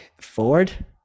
Ford